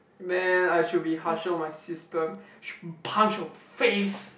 man I should be harsher on my sister should punch her face